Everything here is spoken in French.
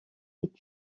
est